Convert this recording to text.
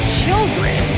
children